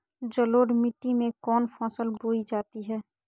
जलोढ़ मिट्टी में कौन फसल बोई जाती हैं?